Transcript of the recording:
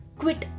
quit